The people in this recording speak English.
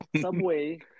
Subway